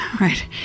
right